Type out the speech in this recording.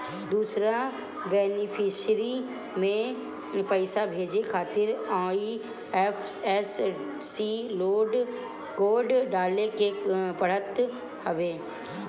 दूसरा बेनिफिसरी में पईसा भेजे खातिर आई.एफ.एस.सी कोड डाले के पड़त हवे